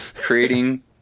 Creating